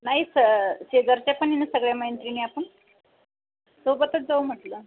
नाही स् शेजारच्या पण आहे ना सगळ्या मैत्रिणी आपण सोबतच जाऊ म्हटलं